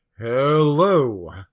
hello